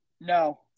no